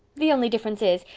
the only difference is,